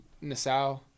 Nassau